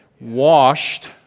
Washed